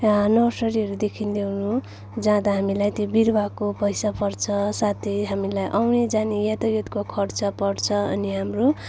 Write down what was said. नर्सरीहेरूदेखि ल्याउनु जाँदा हामीलाई त्यो बिरुवाको पैसा पर्छ साथै हामीलाई आउने जाने यातायातको खर्च पर्छ अनि हाम्रो